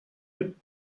mit